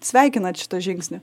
sveikinat šitą žingsnį